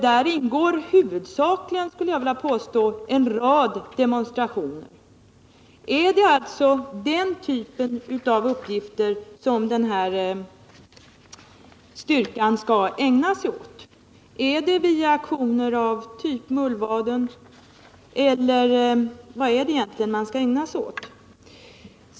Däri ingår — huvudsakligen, skulle jag vilja påstå — en rad demonstrationer. Är det alltså den typen av uppgifter som den här styrkan skall ägna sig åt? Är det aktioner av typ Mullvaden eller vad är det egentligen den skall syssla med?